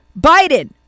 Biden